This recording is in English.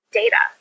data